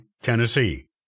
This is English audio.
Tennessee